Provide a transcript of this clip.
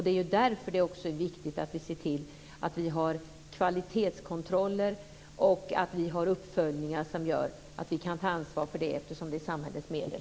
Det är därför det är viktigt att vi ser till att vi har kvalitetskontroller och att vi har uppföljningar som gör att vi kan ta ansvar för verksamheten, eftersom det är samhällets medel.